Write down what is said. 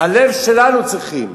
הלב שלנו צריכים.